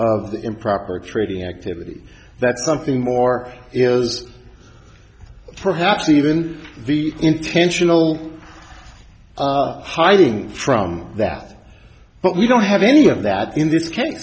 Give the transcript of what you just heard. the improper trading activity that something more is perhaps even intentional hiding from that but we don't have any of that in this case